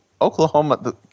Oklahoma –